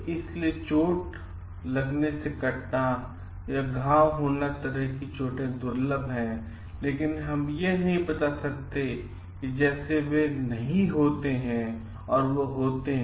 इसलिए चोट लगने से कटना या घाव होना की तरह चोटें दुर्लभ हैं लेकिन हम नहीं बता सकते हैं जैसे वे नहीं होते हैं वे होते हैं